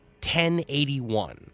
1081